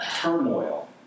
turmoil